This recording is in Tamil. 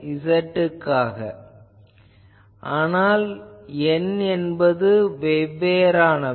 இது கொசைன் ஆனால் n என்பது வெவ்வேறானவை